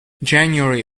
january